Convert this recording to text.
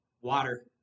water